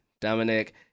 Dominic